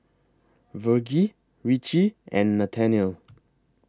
Virgie Ricci and Nathanael